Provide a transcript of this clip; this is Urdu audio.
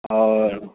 اور